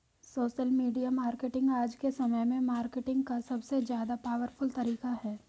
social media marketing आज के समय में मार्केटिंग का सबसे ज्यादा पॉवरफुल तरीका है